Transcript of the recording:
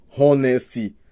honesty